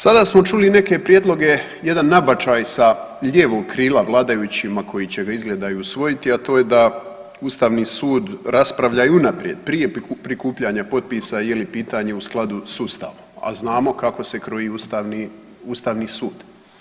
Sada smo čuli neke prijedloge, jedan nabačaj sa lijevog krila vladajućima koji će ga izgleda i usvojiti, a to je da Ustavni sud raspravlja i unaprijed prije prikupljanja potpisa je li pitanje u skladu s Ustavom, a znamo kako se kroji Ustavni sud.